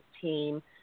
team